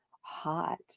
Hot